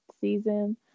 season